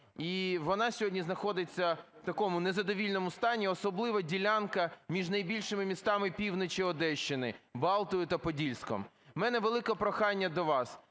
вона сьогодні знаходиться в такому незадовільному стані, особливо ділянка між найбільшими містами півночі Одещини – Балтою та Подільськом. В мене велике прохання до вас